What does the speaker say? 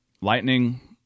lightning